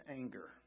anger